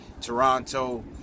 Toronto